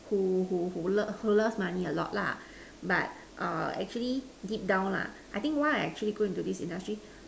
who who who who loves money a lot lah but actually deep down lah I think why I actually go into this industry